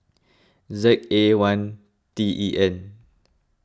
Z A one T E N